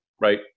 right